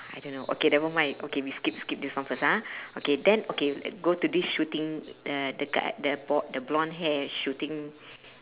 I don't know okay nevermind okay we skip skip this one first ah okay then okay go to this shooting uh the g~ the b~ the blonde hair shooting